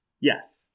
Yes